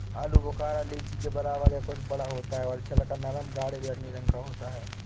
आलू बुखारा लीची के बराबर या कुछ बड़ा होता है और छिलका नरम गाढ़े बैंगनी रंग का होता है